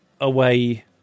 away